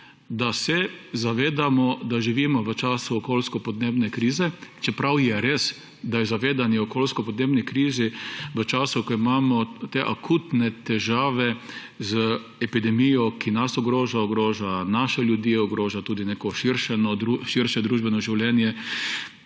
da se zavedamo, da živimo v času okoljsko-podnebne krize, čeprav je res, da je zavedanje o okoljsko-podnebni krizi v času, ko imamo te akutne težave z epidemijo, ki nas ogroža, ogroža naše ljudi, ogroža tudi neko širše družbeno življenje,